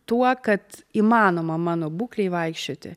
tuo kad įmanoma mano būklei vaikščioti